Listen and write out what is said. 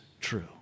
true